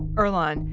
earlonne,